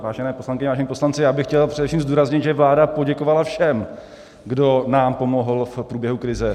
Vážené poslankyně, vážení poslanci, já bych chtěl především zdůraznit, že vláda poděkovala všem, kdo nám pomohl v průběhu krize.